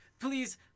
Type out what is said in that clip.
Please